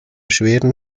schweren